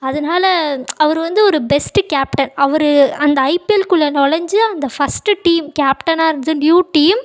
அதனால அவர் வந்து ஒரு பெஸ்ட்டு கேப்டன் அவர் அந்த ஐபிஎல்குள்ளே நொழஞ்சு அந்த ஃபஸ்ட்டு டீம் கேப்டனாக இருஞ்ச நியூ டீம்